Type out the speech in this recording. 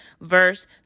verse